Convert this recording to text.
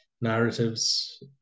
narratives